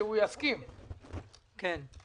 הערת אגב שלא קשורה: סיכמנו עם נטליה ואתך,